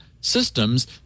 systems